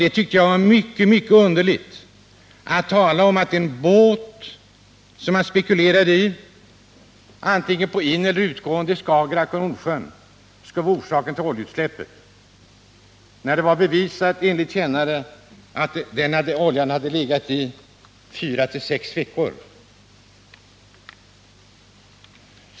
Jag tycker det var mycket underligt att han spekulerade i att någon båt, antingen på ineller utgående i Skagerack eller Nordsjön, skulle vara orsaken till oljeutsläppet, när det var bevisat enligt kännare att oljan legat i havet i fyra-sex veckor.